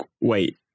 wait